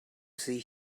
see